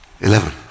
Eleven